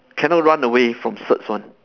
cannot run away from certs one